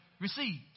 received